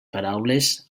paraules